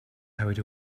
hurried